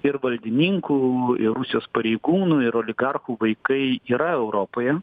ir valdininkų ir rusijos pareigūnų ir oligarchų vaikai yra europoje